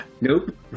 Nope